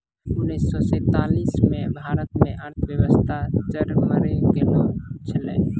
उनैस से सैंतालीस मे भारत रो अर्थव्यवस्था चरमरै गेलो छेलै